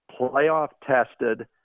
playoff-tested